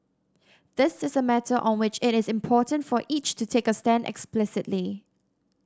this is a matter on which it is important for each to take a stand explicitly